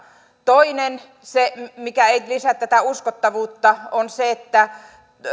toinen mikä ei lisää tätä uskottavuutta on se että